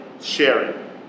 sharing